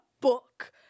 book